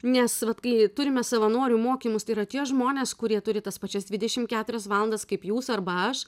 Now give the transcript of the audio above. nes vat kai turime savanorių mokymus tai yra tie žmonės kurie turi tas pačias dvidešimt keturias valandas kaip jūs arba aš